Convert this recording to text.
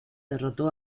derrotó